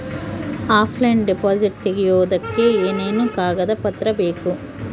Offline deposit ತೆಗಿಯೋದಕ್ಕೆ ಏನೇನು ಕಾಗದ ಪತ್ರ ಬೇಕು?